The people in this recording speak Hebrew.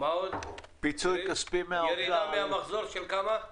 ירידה מן המחזור של כמה?